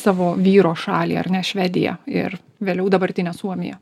savo vyro šalį ar ne švediją ir vėliau dabartinę suomiją